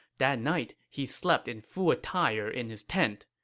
that night, he slept in full attire in his tent.